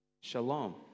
Shalom